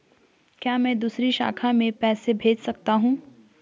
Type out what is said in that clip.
क्या मैं दूसरी शाखा में पैसे भेज सकता हूँ?